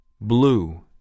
Blue